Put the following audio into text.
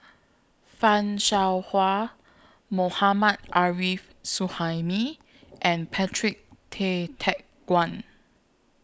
fan Shao Hua Mohammad Arif Suhaimi and Patrick Tay Teck Guan